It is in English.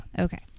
Okay